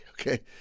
okay